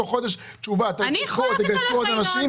לא לשים את הטייקונים קודם כול גנבים,